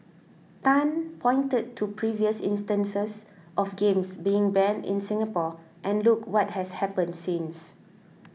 tan pointed to previous instances of games being banned in Singapore and look what has happened since